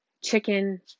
chicken